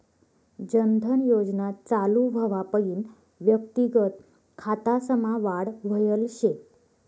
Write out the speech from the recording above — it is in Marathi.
जन धन योजना चालू व्हवापईन व्यक्तिगत खातासमा वाढ व्हयल शे